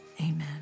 Amen